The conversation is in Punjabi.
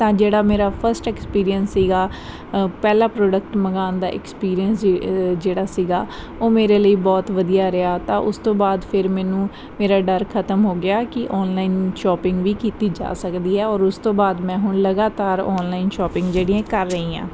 ਤਾਂ ਜਿਹੜਾ ਮੇਰਾ ਫਸਟ ਐਕਸਪੀਰੀਅੰਸ ਸੀਗਾ ਪਹਿਲਾ ਪ੍ਰੋਡਕਟ ਮੰਗਾਉਣ ਦਾ ਐਕਸਪੀਰੀਅੰਸ ਜੇ ਜਿਹੜਾ ਸੀਗਾ ਉਹ ਮੇਰੇ ਲਈ ਬਹੁਤ ਵਧੀਆ ਰਿਹਾ ਤਾਂ ਉਸ ਤੋਂ ਬਾਅਦ ਫਿਰ ਮੈਨੂੰ ਮੇਰਾ ਡਰ ਖਤਮ ਹੋ ਗਿਆ ਕਿ ਔਨਲਾਈਨ ਸ਼ਾਪਿੰਗ ਵੀ ਕੀਤੀ ਜਾ ਸਕਦੀ ਹੈ ਔਰ ਉਸ ਤੋਂ ਬਾਅਦ ਮੈਂ ਹੁਣ ਲਗਾਤਾਰ ਔਨਲਾਈਨ ਸ਼ਾਪਿੰਗ ਜਿਹੜੀ ਹਾਂ ਕਰ ਰਹੀ ਹਾਂ